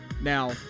Now